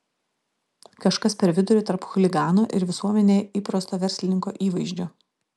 kažkas per vidurį tarp chuligano ir visuomenėje įprasto verslininko įvaizdžio